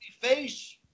Face